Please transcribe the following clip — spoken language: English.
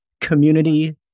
community